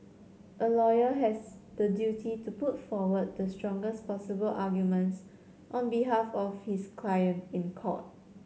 a lawyer has the duty to put forward the strongest possible arguments on behalf of his client in court